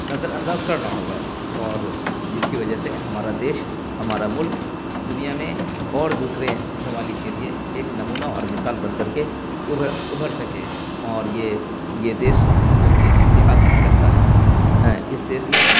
نظر انداز کرنا ہوگا اور جس کی وجہ سے ہمارا دیش ہمارا ملک دنیا میں اور دوسرے ممالک کے لیے ایک نمونہ اور مثال بن کر کے ابھر ابھر سکے اور یہ یہ دیش مطلب کہ اتحاد سے چلتا ہے اس دیش میں